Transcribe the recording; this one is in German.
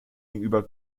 gegenüber